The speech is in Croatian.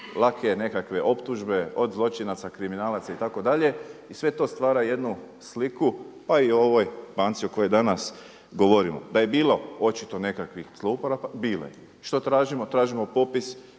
lake nekakve optužbe od zločinaca, kriminalaca itd. I sve to stvara jednu sliku pa i ovoj banci o kojoj danas govorimo. Da je bilo očito nekakvih zlouporaba bilo je. Što tražimo? Tražimo popis